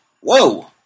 Whoa